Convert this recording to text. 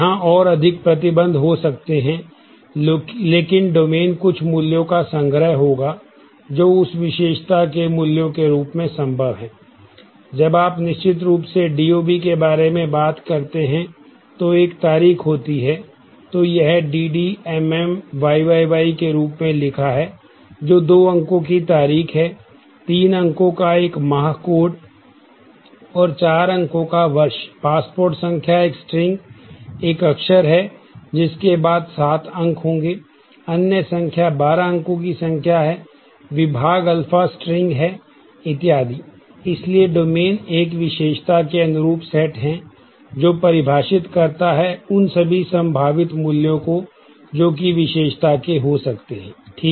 यहां और अधिक प्रतिबंध हो सकते हैं लेकिन डोमेन एक विशेषता के अनुरूप सेट है जो परिभाषित करता है उन सभी संभावित मूल्यों को जोकि विशेषता के हो सकते हैं ठीक है